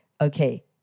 okay